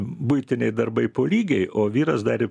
buitiniai darbai po lygiai o vyras dar ir